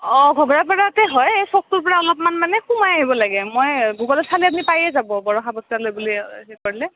অঁ ঘুগুৰা পাৰাত হয়ে চ'কটোৰ পৰা অলপমান মানে সোমাই আহিব লাগে মই গুগলত চালে আপুনি পায়ে যাব বৰষা বস্ত্ৰালয় বুলি হেৰি কৰলে